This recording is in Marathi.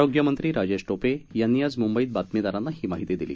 आरोग्य मंत्री राजेश टोपे यांनी आज मुंबईत बातमीदारांना ही माहिती दिली